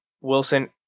Wilson